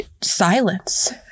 silence